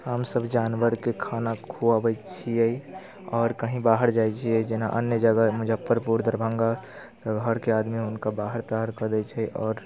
हमसब जानवरके खाना खुअबैत छियै आओर कहीँ बाहर जाइत छियै जेना अन्य जगह मुजफ्फरपुर दरभङ्गा तऽ घरके आदमी हुनका बाहर ताहर कऽ दै छै आओर